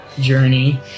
journey